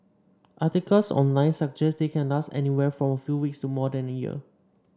articles online suggest they can last anywhere from a few weeks to more than a year